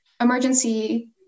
emergency